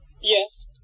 Yes